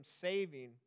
saving